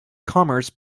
commerce